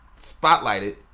spotlighted